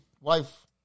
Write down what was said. wife